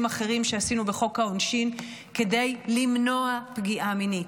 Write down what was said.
אחרים שעשינו בחוק העונשין כדי למנוע פגיעה מינית.